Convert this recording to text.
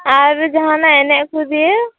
ᱟᱨ ᱡᱟᱦᱟᱸᱱᱟᱜ ᱮᱱᱮᱡ ᱠᱚ ᱫᱤᱭᱮ